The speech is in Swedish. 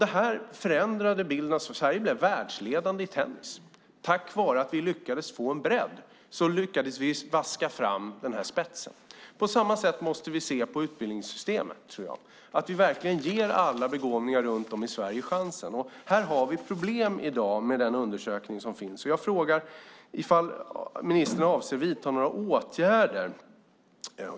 Det förändrade bilden. Sverige blev världsledande i tennis. Tack vare att vi lyckades få en bredd lyckades vi vaska fram spetsen. På samma sätt måste vi se på utbildningssystemet. Vi måste ge alla begåvningar runt om i Sverige chansen. Här har vi ett problem i dag, enligt den undersökning som finns. Jag frågade om ministern avser att vidta några åtgärder.